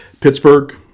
Pittsburgh